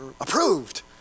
Approved